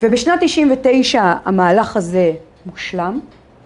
ובשנת תשעים ותשע המהלך הזה מושלם